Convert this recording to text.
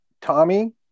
Tommy